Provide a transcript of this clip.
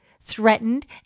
threatened